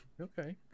Okay